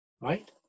right